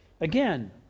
Again